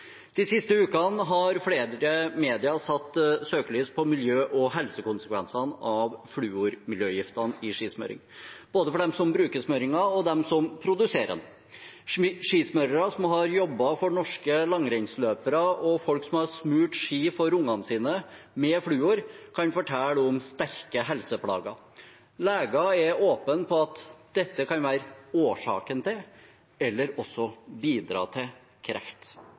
De siste ukene har flere medier satt søkelys på miljø- og helsekonsekvensene av fluormiljøgiften i skismøring, både for dem som bruker smøringen, og dem som produserer den. Skismørere som har jobbet for norske langrennsløpere, og folk som har smurt ski for barna sine med fluor, kan fortelle om sterke helseplager. Leger er åpne for at dette kan være årsaken til – eller også bidra til – kreft.